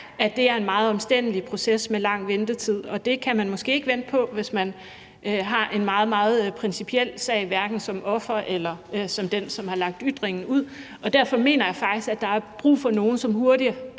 som mig er en meget omstændelig proces med lang ventetid, og det kan man måske ikke vente på, hvis man har en meget, meget principiel sag, hverken som offer eller som den, som har lagt ytringen ud. Derfor mener jeg faktisk, at der er brug for nogle, som hurtigt